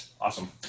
Awesome